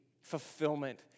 fulfillment